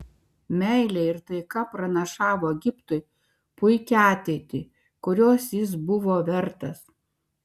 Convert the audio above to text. meilė ir taika pranašavo egiptui puikią ateitį kurios jis buvo vertas